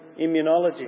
immunology